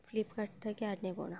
Flipkart থেকে আর নেব না